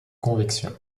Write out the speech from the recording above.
convection